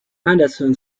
henderson